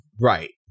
Right